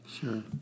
Sure